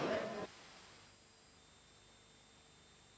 Grazie